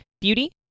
Beauty